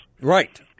Right